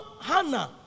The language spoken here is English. Hannah